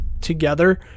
together